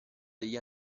degli